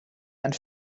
and